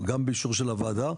גם באישור של הוועדה.